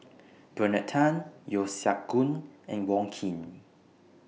Bernard Tan Yeo Siak Goon and Wong Keen